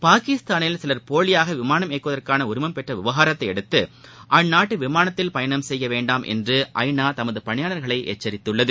பாகிஸ்தானில் சிவர் போலியாகவிமானம் இயக்குவதற்கானஉரிமம் பெற்றவிவகாரத்தையடுத்து அந்நாட்டு விமானத்தில் பயணம் செய்யவேண்டாம் என்றுஐநாதமதுபணியாளர்களைஎச்சரித்துள்ளது